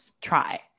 try